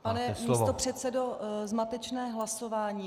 Pane místopředsedo, zmatečné hlasování.